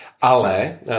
ale